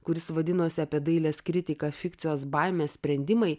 kuris vadinosi apie dailės kritiką fikcijos baimės sprendimai